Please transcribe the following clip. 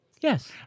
Yes